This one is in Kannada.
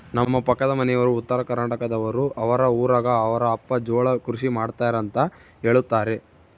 ನಮ್ಮ ಪಕ್ಕದ ಮನೆಯವರು ಉತ್ತರಕರ್ನಾಟಕದವರು, ಅವರ ಊರಗ ಅವರ ಅಪ್ಪ ಜೋಳ ಕೃಷಿ ಮಾಡ್ತಾರೆಂತ ಹೇಳುತ್ತಾರೆ